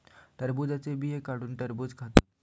टरबुजाचे बिये काढुन टरबुज खातत